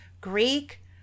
Greek